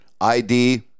ID